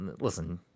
Listen